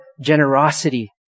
generosity